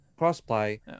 crossplay